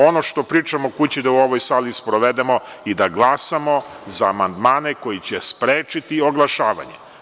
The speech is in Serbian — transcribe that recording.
Ono što pričamo kući da u ovoj sali sprovedemo i da glasamo za amandmane koji će sprečiti oglašavanje.